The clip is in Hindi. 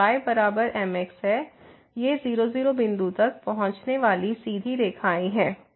तो y बराबर mx है ये 0 0 बिंदु तक पहुंचने वाली सीधी रेखाएं हैं